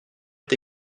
est